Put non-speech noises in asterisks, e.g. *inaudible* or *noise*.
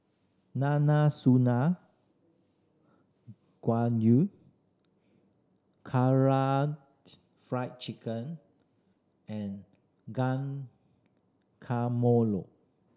*unintelligible* Gayu Karaage Fried Chicken and Guacamole